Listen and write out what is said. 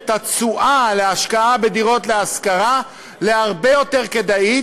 התשואה על השקעה בדירות להשכרה להרבה יותר כדאית,